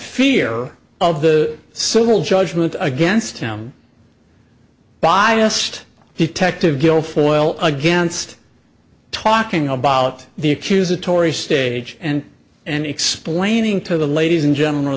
fear of the civil judgment against him biased detective guilfoyle against talking about the accusatory stage and and explaining to the ladies and gentlemen o